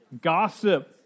Gossip